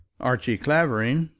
archie clavering,